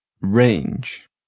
range